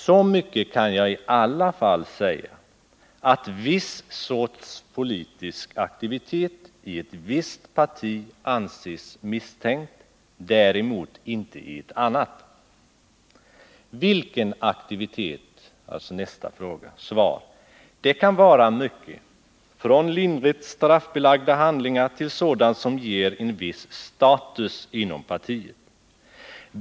Så mycket kan jag i alla fall säga, att viss sorts politisk aktivitet i ett visst parti anses misstänkt, däremot inte i ett annat. — Det kan vara mycket, från lindrigt straffbelagda handlingar till sådant som ger en viss status inom partiet.